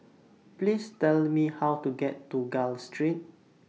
Please Tell Me How to get to Gul Street